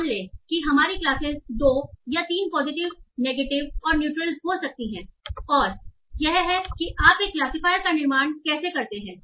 मान लें कि हमारी क्लासेस दो या तीन पॉजिटिव नेगेटिव और न्यूट्रल हो सकती हैं और यह है कि आप एक क्लासिफायरियर का निर्माण कैसे करते हैं